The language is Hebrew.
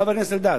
חבר הכנסת אלדד,